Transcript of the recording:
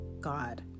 God